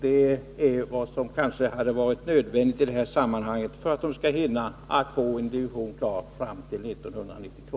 Det är vad som kanske hade varit nödvändigt i det här sammanhanget för att få en division klar till 1992.